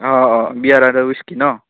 अ अ बियार आरो विसखि ना